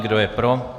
Kdo je pro?